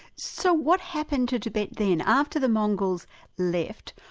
so what happened to tibet then? after the mongols left,